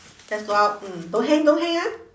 let's go out mm don't hang don't hang ah